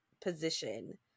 position